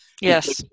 Yes